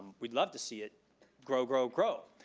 we'd love to see it grow, grow, grow.